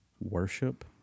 worship